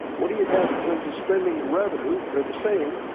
what do you have in terms of spending and revenue, they're the same,